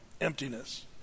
Emptiness